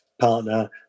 partner